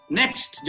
next